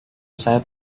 saya